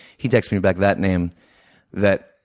he texted me back that name that